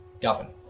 govern